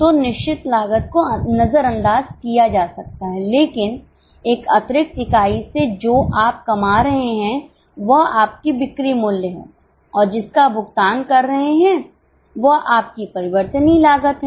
तो निश्चित लागत को नज़रअंदाज़ किया जा सकता है लेकिन एक अतिरिक्त इकाई से जो आप कमा रहे हैं वह आपकी बिक्री मूल्य है और जिसका भुगतान कर रहे हैं वह आपकीपरिवर्तनीय लागत है